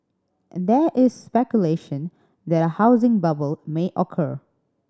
there is speculation that a housing bubble may occur